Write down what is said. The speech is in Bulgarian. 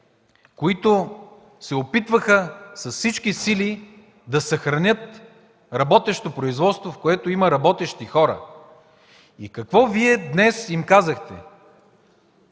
които се опитваха с всички сили да съхранят работещо производство, в което има работещи хора. Какво им казахте